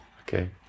Okay